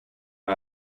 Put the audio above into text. det